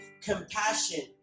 compassion